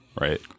right